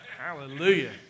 Hallelujah